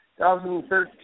2013